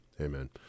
amen